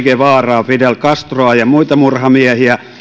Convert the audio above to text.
guevaraa fidel castroa ja muita murhamiehiä